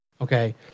okay